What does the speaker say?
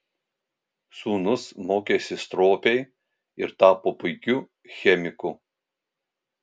sūnus mokėsi stropiai ir tapo puikiu chemiku